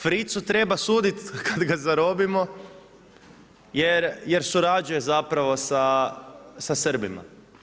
Fritzu treba suditi kad ga zarobimo jer surađuje zapravo sa Srbima.